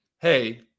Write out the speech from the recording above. hey